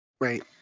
Right